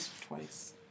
twice